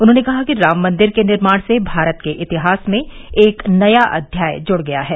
उन्होंने कहा कि राम मंदिर के निर्माण से भारत के इतिहास में एक नया अध्याय जुड़ गया है